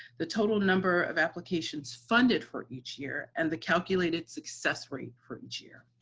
the total number of applications funded for each year, and the calculated success rate for each year.